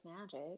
magic